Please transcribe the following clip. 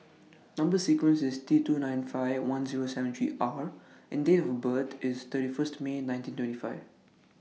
Number sequence IS T two nine five one Zero seven three R and Date of birth IS thirty First May nineteen twenty five